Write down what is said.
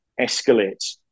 escalates